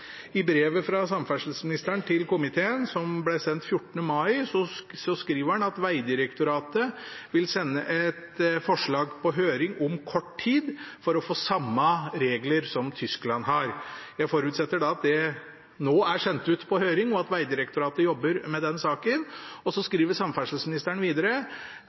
I brevet fra samferdselsministeren til komiteen, som ble sendt 14. mai, skriver han at Vegdirektoratet vil sende et forslag på høring om kort tid for å få samme regler som Tyskland har. Jeg forutsetter at det nå er sendt ut på høring, og at Vegdirektoratet jobber med den saken. Så skriver samferdselsministeren videre: